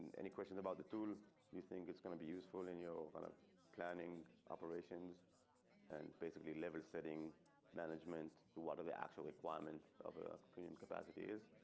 any questions about the tool you think it's going to be useful in your kind of planning operations and basically level setting management to water the actual requirements of a premium capacity is.